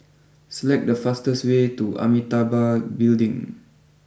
select the fastest way to Amitabha Building